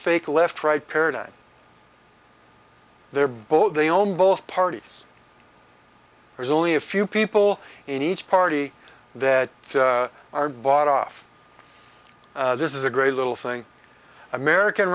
fake left right paradigm they're both they own both parties there's only a few people in each party that are bought off this is a great little thing american